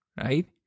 right